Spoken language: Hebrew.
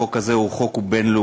החוק הזה הוא חוק בין-לאומי,